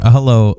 Hello